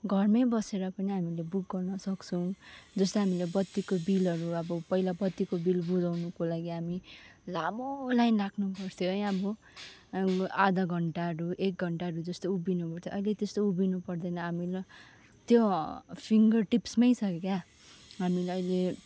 घरमै बसेर पनि हामीले बुक गर्न सक्छौँ जस्तो हामीले बत्तीको बिलहरू अब पहिला बत्तीको बिल बुजाउनुको लागि हामी लामो लाइन लाग्नु पर्थ्यो है अब आधा घन्टाहरू एक घन्टाहरू जस्तो उभिनु पर्थ्यो अहिले त्यस्तो उभिनु पर्दैन हामीमा त्यो फिङ्गर टिप्समै छ क्या हामीले अहिले